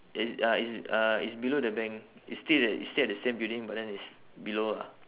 it's uh it's uh it's below the bank it's still a~ it's still at the same building but then it's below ah